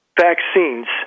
vaccines